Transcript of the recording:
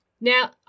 Now